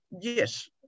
yes